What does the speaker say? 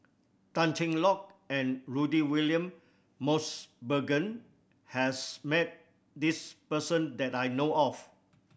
Tan Cheng Lock and Rudy William Mosbergen has met this person that I know of